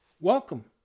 Welcome